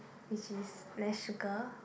which is less sugar